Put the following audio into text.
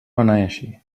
beneeixi